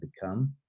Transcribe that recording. become